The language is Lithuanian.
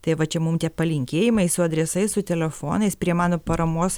tai va čia mum tie palinkėjimai su adresais su telefonais prie mano paramos